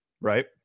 right